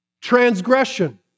transgression